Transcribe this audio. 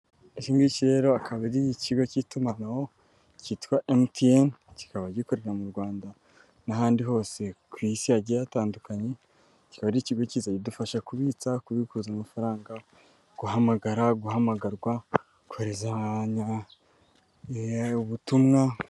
Iki ngiki rero akaba ari ikigo cy'itumanaho cyitwa MTN, kikaba gikorera mu Rwanda n'ahandi hose ku isi hagiye hatandukanye, kikaba ari ikigo kiza kidufasha kubitsa, kubikuza amafaranga, guhamagara, guhamagarwa, kohererezanya ubutumwa.